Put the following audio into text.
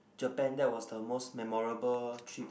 Japan that was the most memorable trip